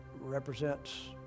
represents